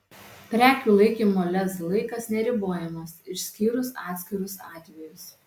prekių laikymo lez laikas neribojamas išskyrus atskirus atvejus